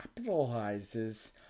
capitalizes